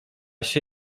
się